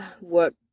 work